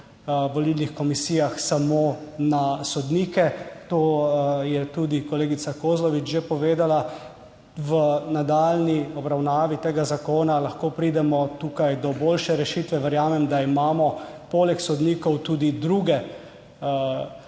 volilnih komisijah samo na sodnike. To je tudi kolegica Kozlovič že povedala. V nadaljnji obravnavi tega zakona lahko pridemo tukaj do boljše rešitve. Verjamem, da imamo poleg sodnikov tudi druge sposobne